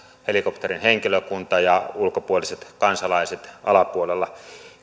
helikopterin henkilökunta ja ulkopuoliset kansalaiset alapuolella